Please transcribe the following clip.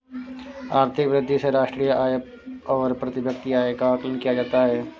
आर्थिक वृद्धि से राष्ट्रीय आय और प्रति व्यक्ति आय का आकलन किया जाता है